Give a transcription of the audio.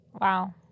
Wow